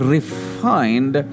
Refined